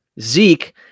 Zeke